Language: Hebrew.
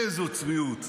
איזו צביעות.